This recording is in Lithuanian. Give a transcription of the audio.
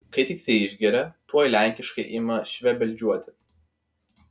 kai tiktai išgeria tuoj lenkiškai ima švebeldžiuoti